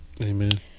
Amen